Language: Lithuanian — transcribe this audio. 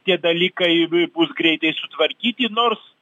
tie dalykai bus greitai sutvarkyti nors